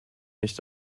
nicht